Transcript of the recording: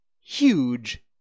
huge